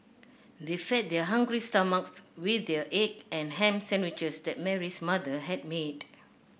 they fed their hungry stomachs with the egg and ham sandwiches that Mary's mother had made